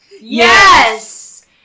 Yes